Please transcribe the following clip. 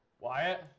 Wyatt